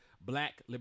black